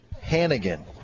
Hannigan